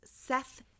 Seth